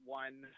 one